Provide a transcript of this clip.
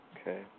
Okay